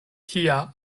tia